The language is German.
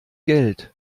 geld